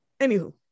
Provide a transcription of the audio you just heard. anywho